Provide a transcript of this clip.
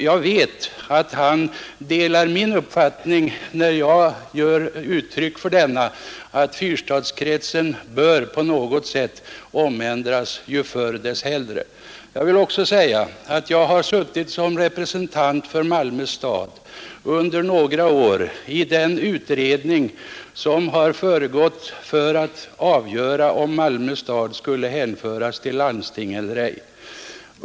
Jag vet att han delar min uppfattning när jag säger att fyrstadskretsen på något sätt bör omändras, ju förr desto hellre. Jag vill också nämna att jag under några år suttit med som representant för Malmö stad i den utredning som har förberett avgörandet av frågan huruvida Malmö stad skall hänföras till landsting eller ej.